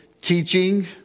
teaching